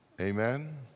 Amen